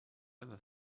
other